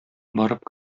барып